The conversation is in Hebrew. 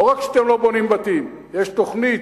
לא רק שאתם לא בונים בתים, יש תוכנית,